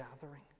gathering